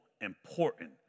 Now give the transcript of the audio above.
important